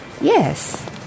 Yes